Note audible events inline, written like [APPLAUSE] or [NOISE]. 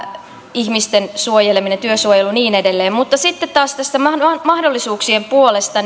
ihmisten suojeleminen työsuojelu ja niin edelleen mutta sitten taas mahdollisuuksien puolesta [UNINTELLIGIBLE]